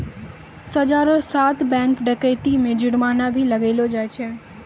सजा रो साथ बैंक डकैती मे जुर्माना भी लगैलो जाय छै